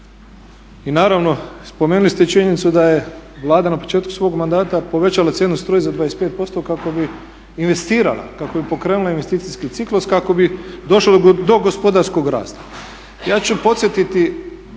I naravno, spomenuli ste i činjenicu da je Vlada na početku svog mandata povećala cijenu struje za 25% kako bi investirala, kako bi pokrenula investicijski ciklus kako bi došlo do gospodarskog rasta. Ja ću podsjetiti